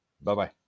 Bye-bye